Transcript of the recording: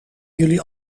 jullie